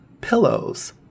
pillows